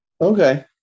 Okay